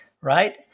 Right